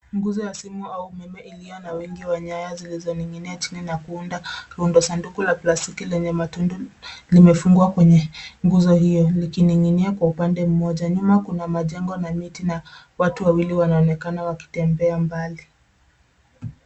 Guzo ya simu au umeme iliyo na wingi wa nyaya zilizoning'inia chini na kuunda rundo. Sanduku la plastiki lenye matundu limefungwa kwenye nguzo hio. Likining'inia kwa upande mmoja. Nyuma kuna majengo na miti na watu wawili wanaonekana wakitembea mbali.